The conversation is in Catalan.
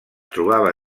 trobava